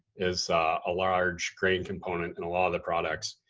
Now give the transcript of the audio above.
is a large grain component in a lot of the products